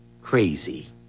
Crazy